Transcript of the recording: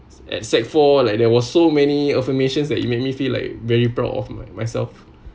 at sec~ four like there was so many affirmations that it make me feel like very proud of my~ myself